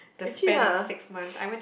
the span of six months I went